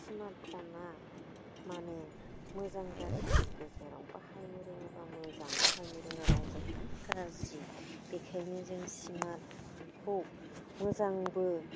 स्मार्टफ'ना माने मोजां गाज्रिनि गेजेराव बाहायनो रोङोबा मोजां बाहायनो रोङाबा जोंहा गाज्रि बेनिखायनो जों स्मार्टफ'नखौ मोजांबो